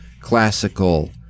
classical